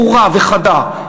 ברורה וחדה,